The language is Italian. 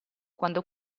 quando